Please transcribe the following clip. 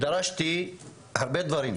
דרשתי הרבה דברים,